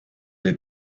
des